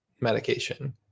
medication